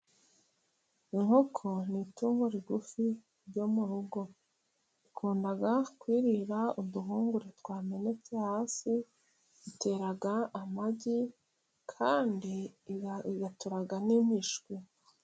Inkoko ni itungo rigufi ryo mu rugo. Rikunda kwririra uduhungure twamenetse hasi, itera amagi, kandi igaturagamo imishwi.